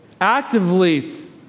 actively